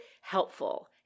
helpful